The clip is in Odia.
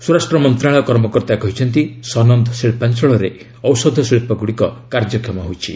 ସ୍ୱରାଷ୍ଟ୍ର ମନ୍ତ୍ରଣାଳୟ କର୍ମକର୍ତ୍ତା କହିଛନ୍ତି ସନନ୍ଦ ଶିଳ୍ପାଞ୍ଚଳରେ ଔଷଧ ଶିଳ୍ପଗ୍ରଡ଼ିକ କାର୍ଯ୍ୟକ୍ଷମ ରହିଛି